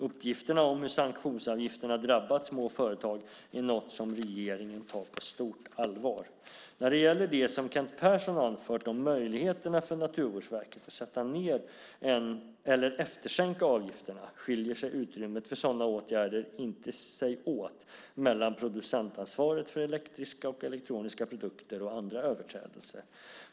Uppgifterna om hur sanktionsavgifterna drabbat små företag är något som regeringen tar på stort allvar. När det gäller det som Kent Persson anfört om möjligheterna för Naturvårdsverket att sätta ned eller efterskänka avgifterna skiljer sig utrymmet för sådana åtgärder inte åt mellan producentansvaret för elektriska och elektroniska produkter och andra överträdelser.